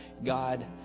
God